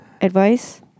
advice